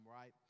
right